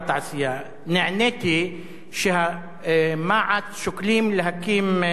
נעניתי שמע"צ שוקלים להקים, מחלף.